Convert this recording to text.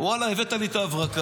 ואללה, הבאת לי את ההברקה,